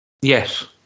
yes